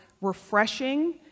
refreshing